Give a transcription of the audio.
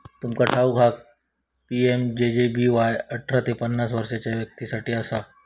तुमका ठाऊक हा पी.एम.जे.जे.बी.वाय अठरा ते पन्नास वर्षाच्या व्यक्तीं साठी असा